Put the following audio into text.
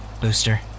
Booster